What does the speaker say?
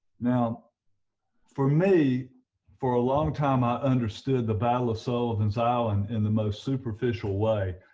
now for me for a long time i understood the battle of sullivan's island in the most superficial way.